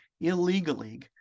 illegally